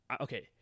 okay